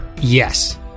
Yes